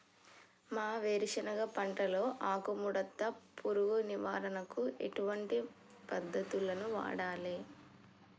మా వేరుశెనగ పంటలో ఆకుముడత పురుగు నివారణకు ఎటువంటి పద్దతులను వాడాలే?